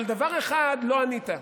אבל על דבר אחד לא ענית: